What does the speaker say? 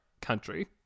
country